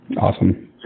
Awesome